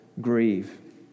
grieve